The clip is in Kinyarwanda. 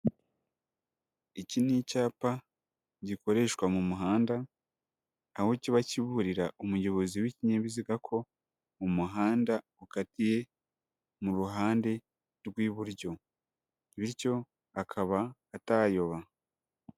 Iki ni icyapa gikoreshwa mu muhanda, aho kiba kiburira umuyobozi w'ikinyabiziga ko umuhanda ukatiye mu ruhande rw'iburyo. Bityo akaba atayoba.